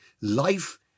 life